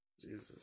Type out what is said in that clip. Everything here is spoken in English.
Jesus